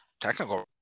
technical